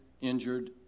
injured